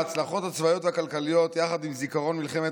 ההצלחות הצבאיות והכלכליות יחד עם זיכרון מלחמת